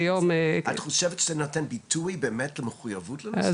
את חושבת שזה נותן ביטוי באמת למחויבות לנושא?